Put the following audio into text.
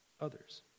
Others